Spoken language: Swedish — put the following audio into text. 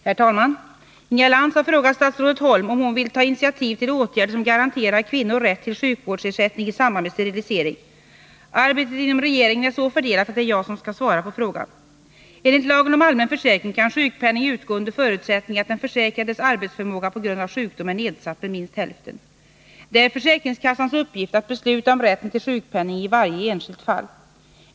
Herr talman! Inga Lantz har frågat statsrådet Holm om hon vill ta initiativ till åtgärder som garanterar kvinnor rätt till sjukvårdsersättning i samband med sterilisering. Arbetet inom regeringen är så fördelat att det är jag som skall svara på frågan. Enligt lagen om allmän försäkring kan sjukpenning utgå under förutsättning att den försäkrades arbetsförmåga på grund av sjukdom är nedsatt med minst hälften. Det är försäkringskassans uppgift att besluta om rätten till sjukpenning i varje enskilt fall.